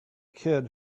kid